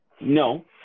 No